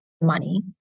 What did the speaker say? money